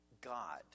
God